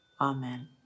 Amen